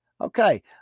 Okay